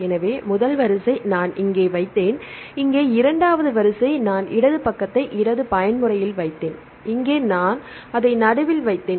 எனவே முதல் வரிசை நான் இங்கே வைத்தேன் இங்கே இரண்டாவது வரிசை நான் இடது பக்கத்தை இடது பயன்முறையில் வைத்தேன் இங்கே நான் அதை நடுவில் வைத்தேன்